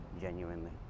genuinely